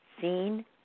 seen